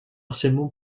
partiellement